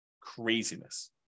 Craziness